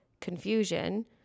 confusion